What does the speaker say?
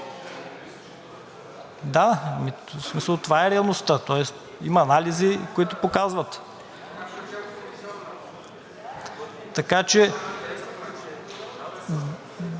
Да. В смисъл това е реалността, тоест има анализи, които показват… Проблемът